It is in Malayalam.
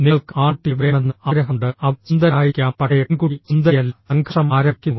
നിങ്ങൾക്ക് ആൺകുട്ടിയെ വേണമെന്ന് ആഗ്രഹമുണ്ട് അവൻ സുന്ദരനായിരിക്കാം പക്ഷേ പെൺകുട്ടി സുന്ദരിയല്ല സംഘർഷം ആരംഭിക്കുന്നു